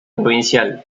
provincial